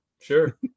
sure